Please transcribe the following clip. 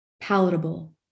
palatable